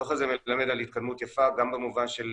הדו"ח הזה מלמד על התקדמות יפה גם במובן של